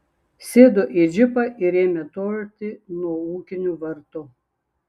sėdo į džipą ir ėmė tolti nuo ūkinių vartų